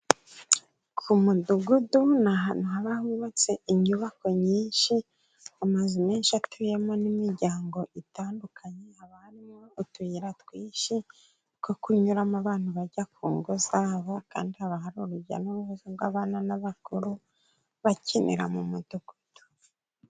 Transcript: Ku mudugudu ni ahantu haba hubatse inyubako nyinshi, amazu menshi atuyemo n’imiryango itandukanye. Haba harimo utuyira twinshi two kunyuramo abantu bajya ku ngo zabo, kandi haba hari urujya n’uruza rw’abana n’abakuru bakinira mu mudugudu.